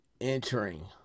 entering